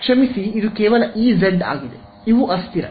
ಕ್ಷಮಿಸಿ ಇದು ಕೇವಲ ಇಜೆಡ್ ಆಗಿದೆ ಇವು ಅಸ್ಥಿರ